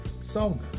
song